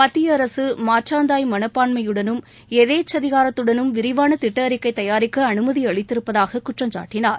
மத்திய அரசு மாற்றந்தாய் மனப்பான்மையுடனும் எதேச்சதிகாரத்துடனும் விரிவான திட்ட அறிக்கை தயாரிக்க அமைதி அளித்திருப்பதாகக் குற்றம்சாட்டினார்